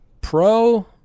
pro